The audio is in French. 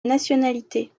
nationalité